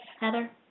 Heather